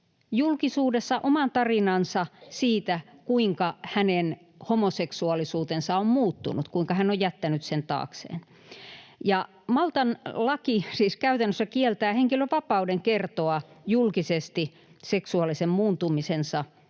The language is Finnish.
julkisuudessa oman tarinansa siitä, kuinka hänen homoseksuaalisuutensa on muuttunut, kuinka hän on jättänyt sen taakseen. Maltan laki siis käytännössä kieltää henkilön vapauden kertoa julkisesti seksuaalisen muuntumisensa